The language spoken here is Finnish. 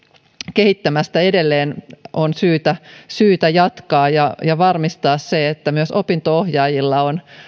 kehittämistä edelleen on syytä jatkaa ja ja varmistaa se että myös opinto ohjaajilla on